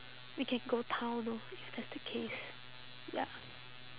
we can go town lor if that's the case ya